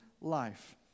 life